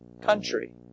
country